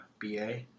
BA